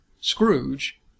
Scrooge